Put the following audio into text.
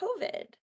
COVID